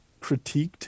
critiqued